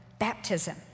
baptism